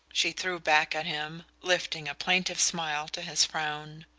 she threw back at him, lifting a plaintive smile to his frown.